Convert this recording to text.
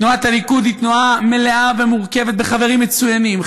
תנועת הליכוד היא תנועה מלאה ומורכבת בחברים מצוינים,